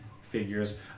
figures